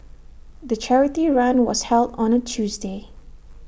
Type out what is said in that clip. the charity run was held on A Tuesday